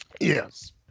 Yes